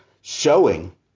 showing